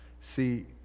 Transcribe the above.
See